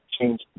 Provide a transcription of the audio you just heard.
change